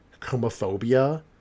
homophobia